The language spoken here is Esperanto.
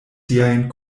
siajn